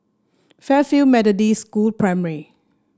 Fairfield Methodist School Primary